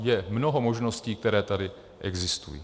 Je mnoho možností, které tady existují.